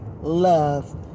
love